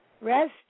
rest